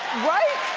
right?